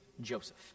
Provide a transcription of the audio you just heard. Joseph